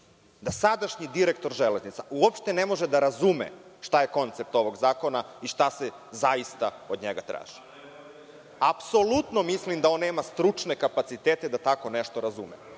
da sadašnji direktor „Železnica“ uopšte ne može da razume šta je koncept ovog zakona i šta se zaista od njega traži. Apsolutno mislim da on nema stručne kapacitete da tako nešto razume.